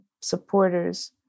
supporters